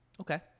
Okay